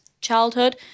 childhood